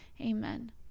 Amen